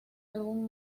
algún